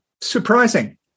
surprising